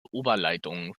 oberleitung